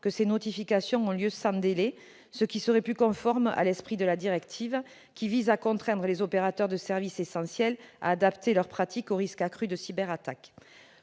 que ces notifications ont lieu sans délai, ce qui serait plus conforme à l'esprit de la directive, qui vise à contraindre les opérateurs de services essentiels à adapter leurs pratiques au risque accru de cyberattaques.